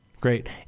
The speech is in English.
Great